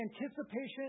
anticipation